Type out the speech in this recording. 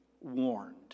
warned